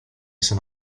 sono